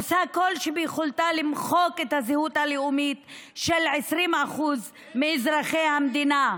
עושה כל שביכולתה למחוק את הזהות הלאומית של 20% מאזרחי המדינה.